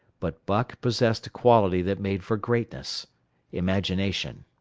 but buck possessed a quality that made for greatness imagination.